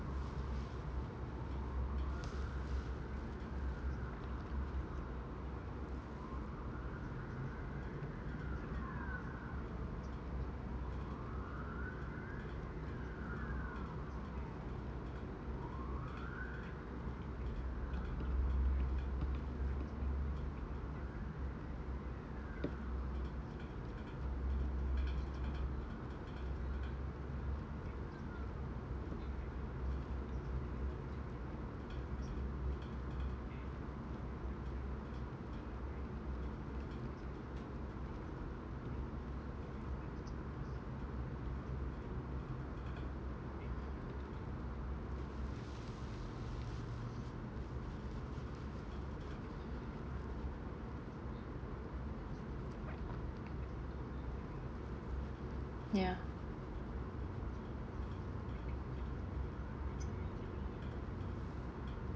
ya